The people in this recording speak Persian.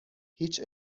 هیچ